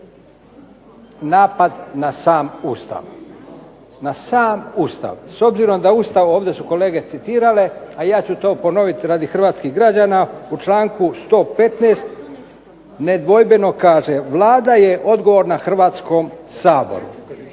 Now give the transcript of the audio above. napad na sam Ustav. Na sam Ustav. S obzirom da Ustav, ovdje su kolege citirale, a ja ću to ponoviti radi hrvatskih građana, u članku 115. nedvojbeno kaže Vlada je odgovorna Hrvatskom saboru.